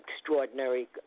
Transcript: extraordinary